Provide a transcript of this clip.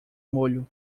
molho